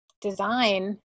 design